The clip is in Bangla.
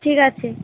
ঠিক আছে